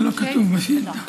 זה לא כתוב בשאילתה.